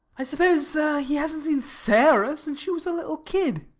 i suppose he hasn't seen sarah since she was a little kid.